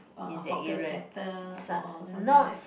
uh hawker center or something like that